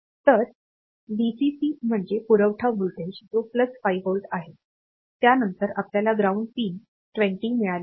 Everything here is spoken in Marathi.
तर व्हीसीसी म्हणजे पुरवठा व्होल्टेज जो प्लस 5 व्होल्ट आहे त्यानंतर आपल्याला ग्राउंड पिन 20 मिळाले आहे